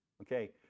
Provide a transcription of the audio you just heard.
Okay